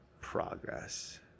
progress